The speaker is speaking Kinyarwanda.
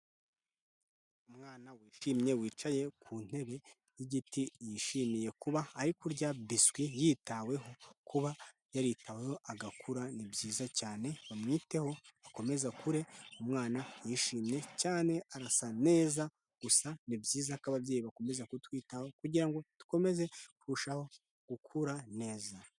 Umwana wishimye, wicaye ku ntebe y'igiti, yishimiye kuba ari kurya biswi yitaweho, kuba yaritaweho agakura ni byiza cyane, bamwiteho, akomeze akure, umwana yishimye cyane, arasa neza, gusa ni byiza ko ababyeyi bakomeza kutwitaho kugira ngo dukomeze kurushaho gukura neza.